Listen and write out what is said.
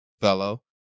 fellow